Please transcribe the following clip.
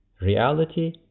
Reality